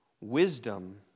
Wisdom